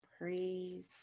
Praise